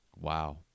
Wow